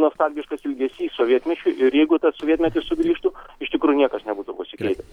nostalgiškas ilgesys sovietmečiui ir jeigu tas sovietmetis sugrįžtų iš tikrųjų niekas nebūtų pasikeitę